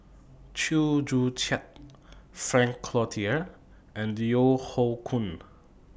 Chew Joo Chiat Frank Cloutier and Yeo Hoe Koon